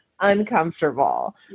uncomfortable